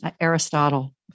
Aristotle